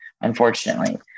unfortunately